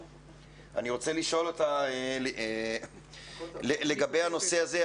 אני רוצה לשאול אותה לגבי הנושא הזה,